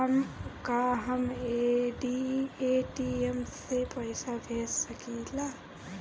का हम ए.टी.एम से पइसा भेज सकी ले?